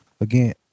again